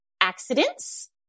accidents